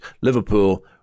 Liverpool